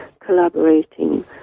collaborating